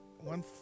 one